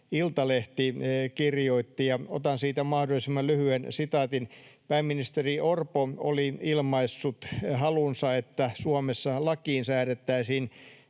tänä vuonna, ja otan siitä mahdollisimman lyhyen sitaatin. Pääministeri Orpo oli ilmaissut halunsa, että Suomessa lakiin säädettäisiin